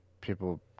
people